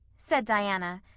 said diana,